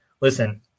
Listen